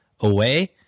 away